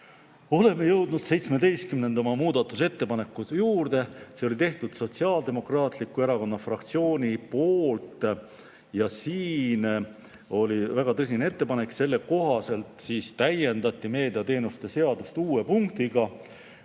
Oleme jõudnud 17. muudatusettepaneku juurde, see oli Sotsiaaldemokraatliku Erakonna fraktsiooni ettepanek. Siin tehti väga tõsine ettepanek: selle kohaselt täiendati meediateenuste seadust uue punktiga,